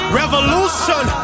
revolution